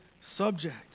subject